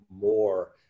more